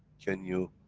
can you.